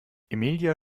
emilia